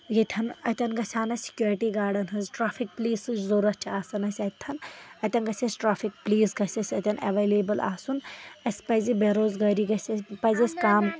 ییٚتٮ۪ن اَتٮ۪ن گژھِ ہان اسہِ سیکیورٹی گاڑَن ہٕنٛز ٹریفک پولیسٕچ ضوٚرَتھ چھےٚ آسان اَسہِ اتتٮ۪ن اتٮ۪ن گژھِ اَسہِ ٹریٚفک پولیٖس گژھِ اَسہِ ایویلیبٔل آسُن اَسہِ پَزِ بےٚ روزگٲری گژھِ اسہِ پزِ اَسہِ کَم